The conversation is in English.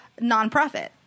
nonprofit